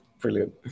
Brilliant